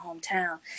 hometown